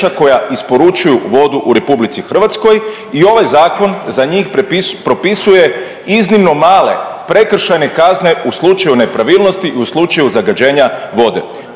koja isporučuju vodu u RH i ovaj zakon za njih propisuje iznimno male prekršajne kazne u slučaju nepravilnosti i u slučaju zagađenja vode.